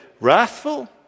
wrathful